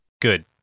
Good